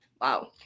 wow